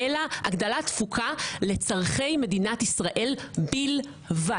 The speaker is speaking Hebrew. אלא הגדלת התפוקה לצרכי מדינת ישראל בלבד.